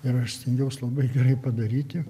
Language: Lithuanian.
ir aš stengiaus labai gerai padaryti